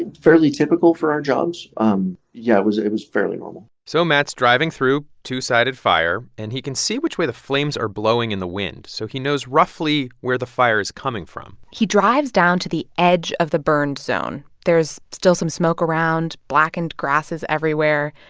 and fairly typical for our jobs um yeah, it was fairly normal so matt's driving through a two-sided fire. and he can see which way the flames are blowing in the wind, so he knows roughly where the fire is coming from he drives down to the edge of the burned zone. there's still some smoke around, blackened grasses everywhere.